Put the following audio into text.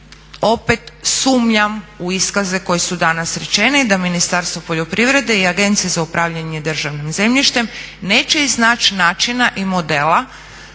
opet sumnjam u iskaze koji su danas rečeni da Ministarstvo poljoprivrede i Agencija za upravljanje državnim zemljištem neće iznaći načina i modela